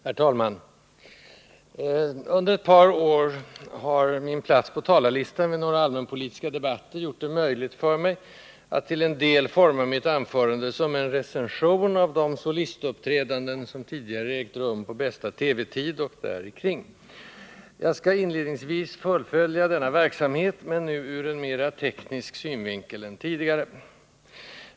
Herr talman! Under ett par år har min plats på talarlistan vid några allmänpolitiska debatter gjort det möjligt för mig att till en del forma mitt anförande som en recension av de solistuppträdanden som tidigare ägt rum på bästa TV-tid och därikring. Jag skall inledningsvis fullfölja denna verksamhet men nu ur en mera teknisk synvinkel än tidigare.